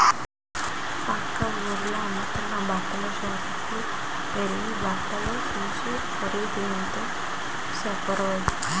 పక్క వూరిలో అమ్ముతున్న బట్టల సాపుకెల్లి బట్టలు సూస్తే ఖరీదు ఎంత సెప్పారో